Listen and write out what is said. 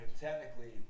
technically